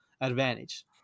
advantage